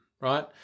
right